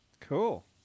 cool